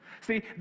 See